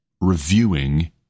reviewing